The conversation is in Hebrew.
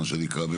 מה שנקרא,